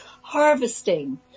harvesting